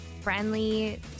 friendly